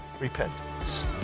repentance